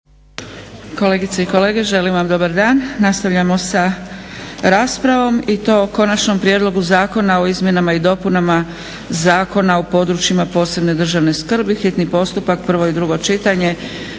Kolegice i kolege želim vam dobar dan. Nastavljamo sa raspravom i to o: - Konačni prijedlog Zakona o izmjenama i dopunama Zakona o područjima posebne državne skrbi, hitni postupak, prvo i drugo čitanje,